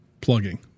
plugging